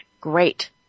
Great